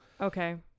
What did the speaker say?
okay